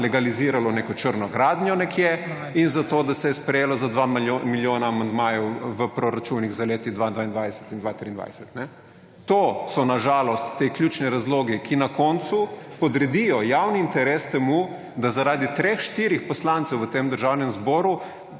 legaliziralo neko črno gradnjo nekje in zato, da se je sprejelo za dva milijona amandmajev v proračunih za leti 2022 in 2023. To so na žalost ti ključni razlogi, ki na koncu podredijo javni interes temu, da zaradi treh, štirih poslancev v tem Državnem zboru